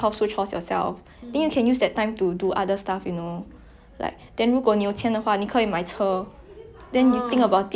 then you think about it like you drive you want you can go anywhere you want you don't have to worry about whether the train breakdown the bus breakdown